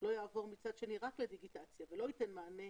שלא יעבור מצד שני רק לדיגיטציה ולא ייתן מענה